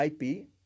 IP